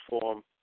form